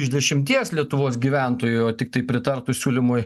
iš dešimties lietuvos gyventojų tiktai pritartų siūlymui